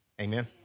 Amen